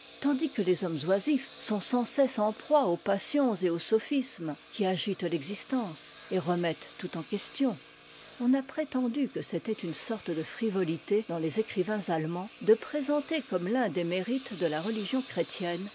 tandis que les hommes oisifs sont sans cesse en proie aux passions et aux sophismes qui agitent l'existence et remettent tout en question on a prétendu que c'était une sorte de frivolité dans les écrivains allemands de présenter comme l'un des mérites de la religion chrétienne